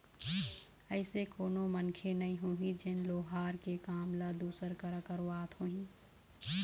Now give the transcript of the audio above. अइसे कोनो मनखे नइ होही जेन लोहार के काम ल दूसर करा करवात होही